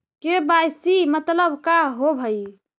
KYC मतलब का होव हइ?